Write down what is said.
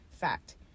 Fact